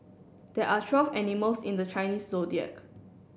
there are twelve animals in the Chinese Zodiac